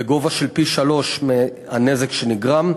בגובה של פי-שלושה מהנזק שנגרם.